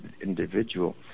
individual